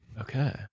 Okay